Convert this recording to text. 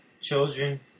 children